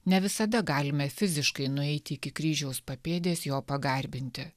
ne visada galime fiziškai nueiti iki kryžiaus papėdės jo pagarbinti